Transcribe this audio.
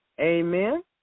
Amen